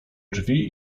drzwi